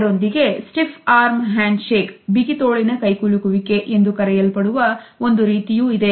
ಇದರೊಂದಿಗೆ stiff arm handshake ಎಂದು ಕರೆಯಲ್ಪಡುವ ಒಂದು ರೀತಿಯೂ ಇದೆ